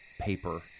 paper